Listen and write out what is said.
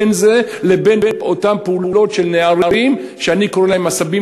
בין זה לבין אותן פעולות של נערים שאני קורא להם "עשבים